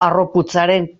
harroputzaren